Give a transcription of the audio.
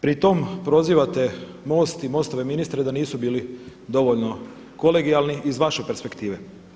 Pri tome prozivate MOST i MOST-ove ministre da nisu bili dovoljno kolegijalni iz vaše perspektive.